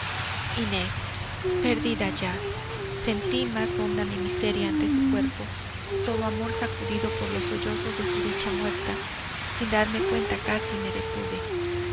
inés perdida ya sentí más honda mi miseria ante su cuerpo todo amor sacudido por los sollozos de su dicha muerta sin darme cuenta casi me detuve